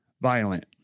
Violent